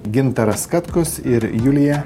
gintaras katkus ir julija